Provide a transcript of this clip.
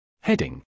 Heading